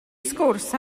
sgwrs